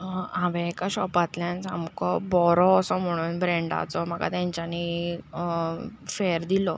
हांवें एका शॉपांतल्यान सामको बरो असो म्हुणून ब्रेंडाचो म्हाका तांच्यांनी फेर्र दिल्लो